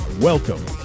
welcome